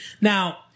Now